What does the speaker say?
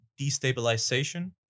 destabilization